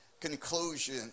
conclusion